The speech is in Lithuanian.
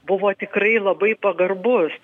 buvo tikrai labai pagarbus